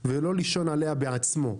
ולא לישון עליה בעצמו,